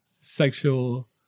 sexual